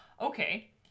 okay